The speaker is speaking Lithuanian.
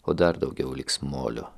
o dar daugiau liks molio